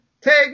take